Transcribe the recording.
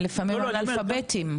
אנאלפאביתים.